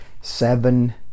Seven